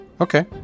Okay